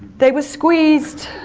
they were squeezed,